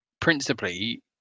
principally